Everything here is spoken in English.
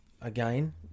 Again